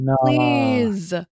please